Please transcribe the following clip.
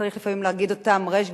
צריך לפעמים להגיד אותם בריש גלי,